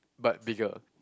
but bigger